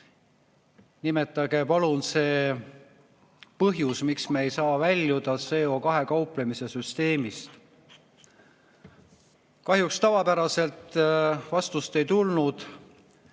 nimetage palun põhjus, miks me ei saa väljuda CO2-ga kauplemise süsteemist. Kahjuks tavapäraselt vastust ei tulnud.